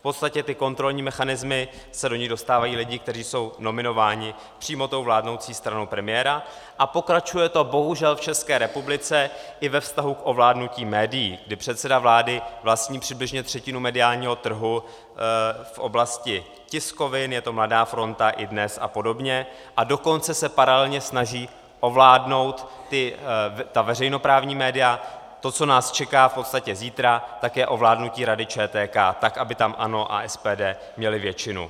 V podstatě do těch kontrolních mechanismů se dostávají lidi, kteří jsou nominováni přímo vládnoucí stranou premiéra, a pokračuje to bohužel v České republice i ve vztahu k ovládnutí médií, kdy předseda vlády vlastní přibližně třetinu mediálního trhu v oblasti tiskovin, je to Mladá fronta, iDnes a podobně, a dokonce se paralelně snaží ovládnout ta veřejnoprávní média; to, co nás čeká v podstatě zítra, tak je ovládnutí Rady ČTK, tak aby tam ANO a SPD měly většinu.